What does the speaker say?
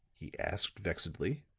he asked, vexedly.